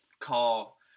call